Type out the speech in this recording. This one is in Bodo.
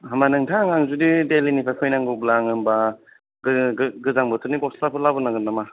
होमबा नोंथां आं जुदि दिल्लिनिफ्राय फैनांगौब्ला आं होमबा गो गोजां बोथोरनि गस्लाफोर लाबोनांगोन नामा